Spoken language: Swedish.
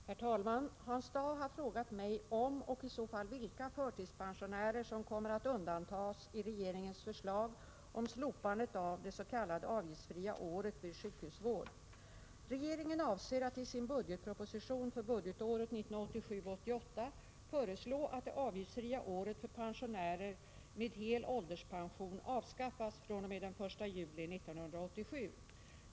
Herr talman! Hans Dau har frågat mig om några, och i så fall vilka, förtidspensionärer kommer att undantas i regeringens förslag om slopandet av det s.k. avgiftsfria året vid sjukhusvård. Regeringen avser att i sin budgetproposition för budgetåret 1987/88 föreslå att det avgiftsfria året för pensionärer med hel ålderspension avskaffas fr.o.m. den 1 juli 1987.